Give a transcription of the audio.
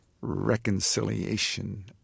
reconciliation